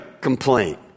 complaint